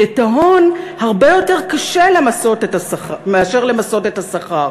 כי את ההון הרבה יותר קשה למסות מאשר את השכר.